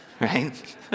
right